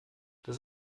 das